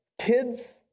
kids